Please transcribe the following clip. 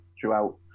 throughout